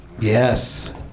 Yes